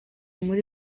muri